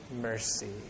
Mercy